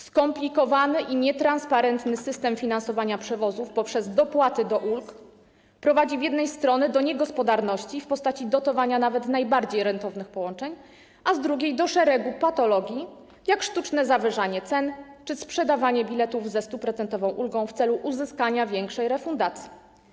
Skomplikowany i nietransparentny system finansowania przewozów poprzez dopłaty do ulg prowadzi z jednej strony do niegospodarności w postaci dotowania nawet najbardziej rentownych połączeń, a z drugiej - do szeregu patologii, jak sztuczne zawyżanie cen czy sprzedawanie biletów ze 100-procentową ulgą w celu uzyskania większej refundacji.